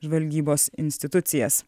žvalgybos institucijas